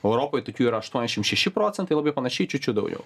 europoj tokių yra aštuoniasdešimt šeši procentai labai panašiai čiut čiut daugiau